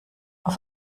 auf